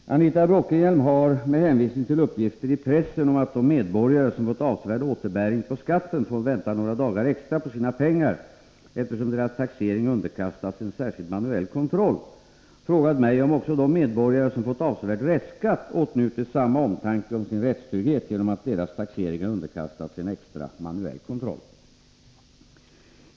Herr talman! Anita Bråkenhielm har — med hänvisning till uppgifter i pressen om att de medborgare som fått avsevärd återbäring på skatten fått vänta några dagar extra på sina pengar eftersom deras taxering underkastats en särskild manuell kontroll — frågat mig om också de medborgare som fått avsevärd restskatt åtnjuter samma omtanke om sin rättstrygghet genom att deras taxeringar underkastats en extra manuell kontroll.